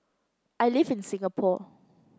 I live in Singapore